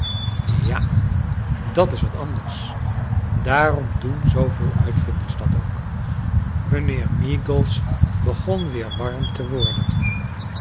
ja dat is wat anders daarom doen zooveel uitvinders dat ook mijnheer meagles begon weer warm te worden